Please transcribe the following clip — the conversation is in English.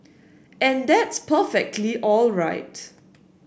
and that's perfectly all right